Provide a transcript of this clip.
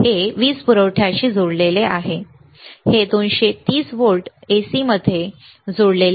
हे वीज पुरवठ्याशी जोडलेले आहे हे 230 व्होल्ट AC शी जोडलेले आहे ठीक आहे